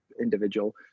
individual